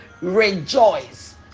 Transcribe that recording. Rejoice